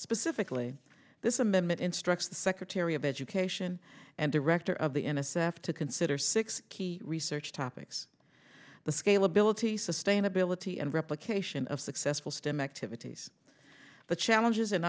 specifically this amendment instructs the secretary of education and director of the n s f to consider six key research topics the scale ability sustainability and replication of successful stem activities but challenges and